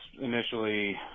initially